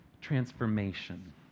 transformation